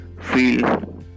Feel